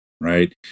right